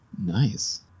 Nice